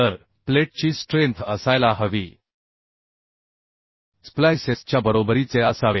तर प्लेटची स्ट्रेंथ असायला हवी स्प्लाइसेस च्या बरोबरीचे असावे